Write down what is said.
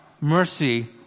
mercy